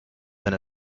than